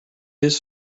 his